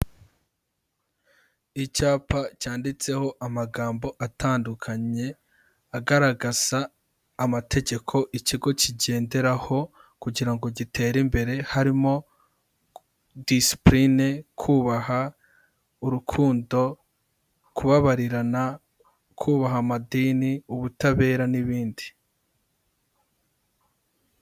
Icyapa cyanditseho amagambo atandukanye agaragaza amategeko ikigo kigenderaho kugira ngo gitere imbere, harimo disipurine, kubaha, urukundo, kubabarirana, kubaha amadini, ubutabera n'ibindi.